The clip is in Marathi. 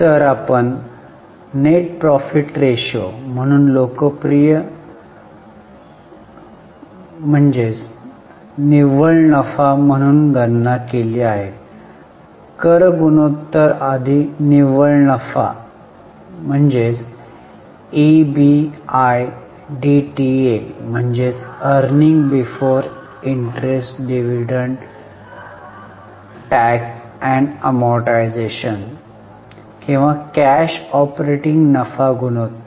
तर आपण एनपी रेशो म्हणून लोकप्रिय कर म्हणून निव्वळ नफा म्हणून गणना केली आहे कर गुणोत्तर आधी निव्वळ नफा आणि ईबीआयडीटीए किंवा कॅश ऑपरेटिंग नफा गुणोत्तर